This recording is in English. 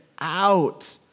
out